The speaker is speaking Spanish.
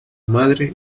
madre